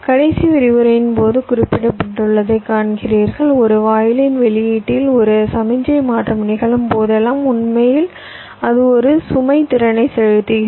கடைசி விரிவுரையின் போது குறிப்பிட்டுள்ளதை காண்கிறீர்கள் ஒரு வாயிலின் வெளியீட்டில் ஒரு சமிக்ஞை மாற்றம் நிகழும் போதெல்லாம் உண்மையில் அது ஒரு சுமை திறனை செலுத்துகிறது